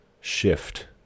shift